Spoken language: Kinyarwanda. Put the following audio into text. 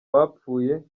bapfuye